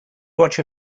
watch